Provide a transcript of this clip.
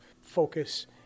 focus